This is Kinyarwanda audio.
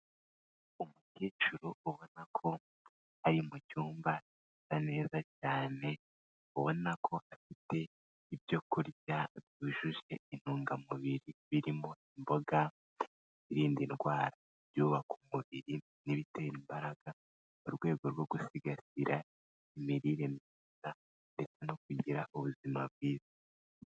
Umukecuru ubona ko ari mu cyumba gisa neza cyane, ubona ko afite ibyo kurya byujuje intungamubiri, birimo imboga, ibirinda indwara, ibyubaka umubiri n'ibitera imbaraga, mu rwego rwo gusigasira imirire myiza, ndetse no kugira ubuzima bwiza.